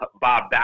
Bob